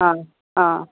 ହଁ ହଁ